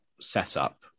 setup